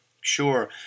sure